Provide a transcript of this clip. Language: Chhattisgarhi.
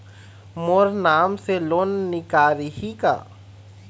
मोर नाम से लोन निकारिही का?